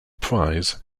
prize